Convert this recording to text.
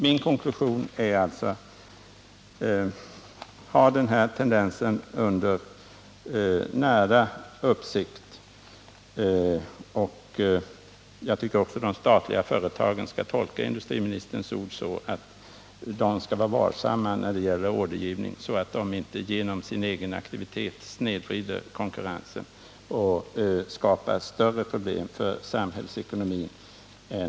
Min konklusion är således att man skall ha denna tendens under sträng uppsikt, och jag tycker också att de statliga företagen skall tolka industriministerns ord så att de skall vara varsamma i sin offertgivning för att inte genom sin egen aktivitet snedvrida konkurrensen och skapa ännu större problem för samhällsekonomin.